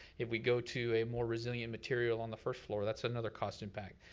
if we go to a more resilient material on the first floor, that's another cost impact.